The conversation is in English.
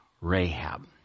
Rahab